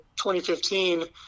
2015